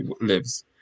lives